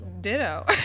Ditto